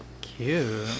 Cute